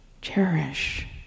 cherish